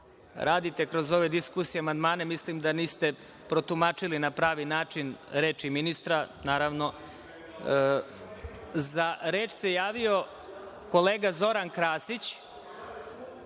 radite kroz ove diskusije. Mislim da niste protumačili na pravi način reči ministra.Za